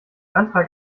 antrag